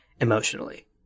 emotionally